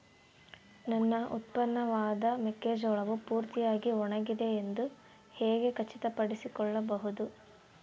ನನ್ನ ಉತ್ಪನ್ನವಾದ ಮೆಕ್ಕೆಜೋಳವು ಪೂರ್ತಿಯಾಗಿ ಒಣಗಿದೆ ಎಂದು ಹೇಗೆ ಖಚಿತಪಡಿಸಿಕೊಳ್ಳಬಹುದು?